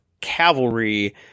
cavalry